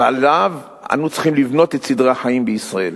ועליו אנו צריכים לבנות את סדרי החיים בישראל.